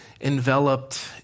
enveloped